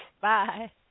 Bye